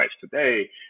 today